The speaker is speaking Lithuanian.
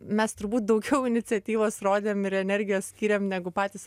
mes turbūt daugiau iniciatyvos rodėm ir energijos skyrėm negu patys